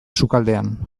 sukaldean